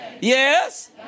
Yes